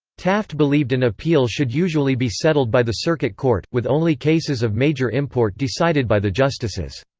taft believed an appeal should usually be settled by the circuit court, with only cases of major import decided by the justices.